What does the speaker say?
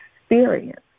experience